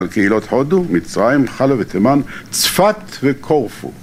על קהילות הודו, מצרים, חלב ותימן, צפת וקורפו.